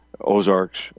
Ozarks